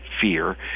fear